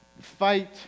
fight